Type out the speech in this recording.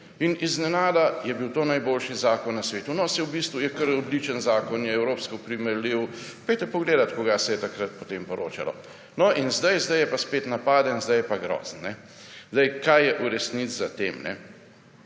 In iznenada je bil to najboljši zakon na svetu. No, saj v bistvu je kar odličen zakon, je evropsko primerljiv. Pojdite pogledat, kaj se je takrat poročalo. No, zdaj je pa spet napaden, zdaj je pa grozen. Kaj je v resnici za tem?